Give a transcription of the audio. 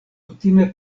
kutime